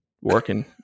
working